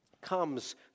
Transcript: comes